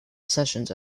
sessions